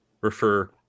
refer